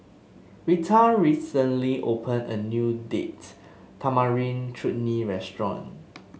Reta recently opened a new Date Tamarind Chutney Restaurant